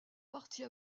partie